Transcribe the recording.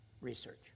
research